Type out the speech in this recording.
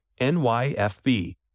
nyfb